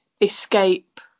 escape